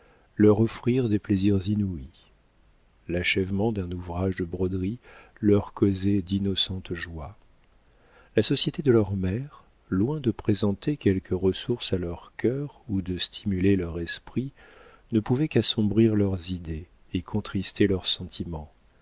leur offrirent des plaisirs inouïs l'achèvement d'un ouvrage de broderie leur causait d'innocentes joies la société de leur mère loin de présenter quelques ressources à leur cœur ou de stimuler leur esprit ne pouvait qu'assombrir leurs idées et contrister leurs sentiments